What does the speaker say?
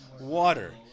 water